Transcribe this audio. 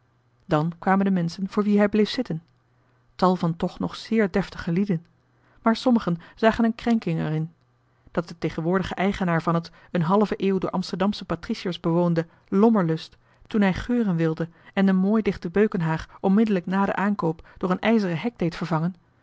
dan kwamen de menschen voor wie hij bleef zitten tal van toch nog zeer deftige lieden maar sommigen zagen een krenking er in dat de tegenwoordige eigenaar van het een halve eeuw door amsterdamsche patriciërs bewoonde lommerlust toen hij geuren wilde en de mooi dichte beukenhaag onmiddellijk na den aankoop door een ijzeren hek deed vervangen